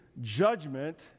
judgment